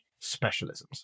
specialisms